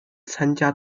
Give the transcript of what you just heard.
参加